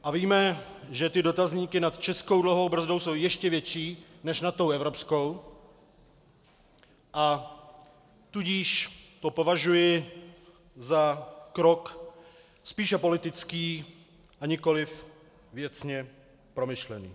A víme, že ty dotazníky nad českou dluhovou brzdou jsou ještě větší než nad tou evropskou, a tudíž to považuji za krok spíše politický, a nikoliv věcně promyšlený.